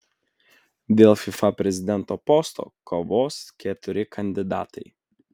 dėl fifa prezidento posto kovos keturi kandidatai